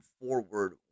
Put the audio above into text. forward